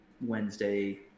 wednesday